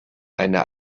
eine